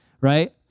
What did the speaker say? right